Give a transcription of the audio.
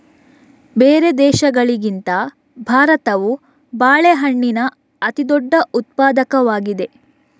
ಬೇರೆ ದೇಶಗಳಿಗಿಂತ ಭಾರತವು ಬಾಳೆಹಣ್ಣಿನ ಅತಿದೊಡ್ಡ ಉತ್ಪಾದಕವಾಗಿದೆ